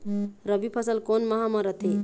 रबी फसल कोन माह म रथे?